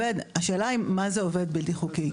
השאלה היא מה זה עובד בלתי חוקי.